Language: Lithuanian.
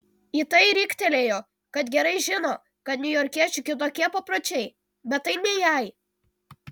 į tai riktelėjo kad gerai žino kad niujorkiečių kitokie papročiai bet tai ne jai